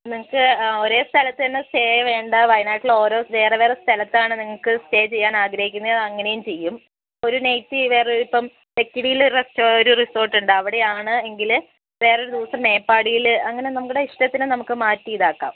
നിങ്ങൾക്ക് ഒരേ സ്ഥലത്തുതന്നെ സ്റ്റേ വേണ്ട വയനാട്ടിലെ ഓരോ വേറെ വേറെ സ്ഥലത്താണ് നിങ്ങൾക്ക് സ്റ്റേ ചെയ്യാനാഗ്രഹിക്കുന്നത് അങ്ങനേം ചെയ്യും ഒരു നൈറ്റ് വേറൊരു ഇപ്പം ലക്കിടീല് ഒരു റെസ്റ്റോ ഒരു റിസോർട്ടുണ്ട് അവിടെയാണ് എങ്കിൽ വേറെ ഒരുദിവസം മേപ്പാടിയിൽ അങ്ങനെ നമ്മുടെ ഇഷ്ടത്തിന് നമുക്കുമാറ്റി ഇതാക്കാം